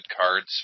cards